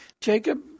Jacob